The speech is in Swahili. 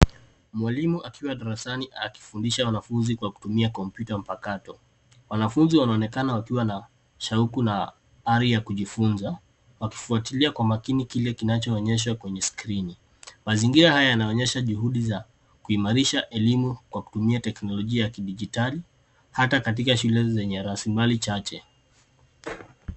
Mwalimu akiwa darasani akifundisha wanafunzi kwa kutumia kompyuta mpakato. Wanafunzi wanaonekana wakiwa na shauku na ari ya kujifunza, wakifuatilia kwa makini kile kinachoonyeshwa kwenye skrini. Mazingira haya yanaonyesha juhudi za kuimarisha elimu kwa kutumia teknolojia ya kidijitali, hata katika shule zenye rasilimali chache.